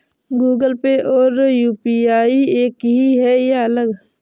Google Pay और UPI एक ही है या अलग?